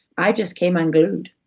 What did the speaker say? i just came unglued.